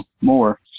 more